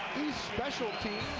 special team.